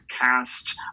cast